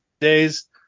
days